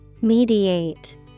Mediate